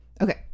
Okay